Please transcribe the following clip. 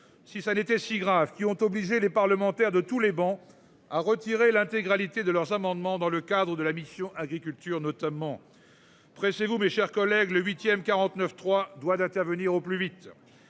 Si ça n'était si grave qui ont obligé les parlementaires de tous les bancs a retiré l'intégralité de leurs amendements dans le cadre de la mission Agriculture notamment. Pressé vous mes chers collègues, le 8ème 49.3 doit d'intervenir au plus vite.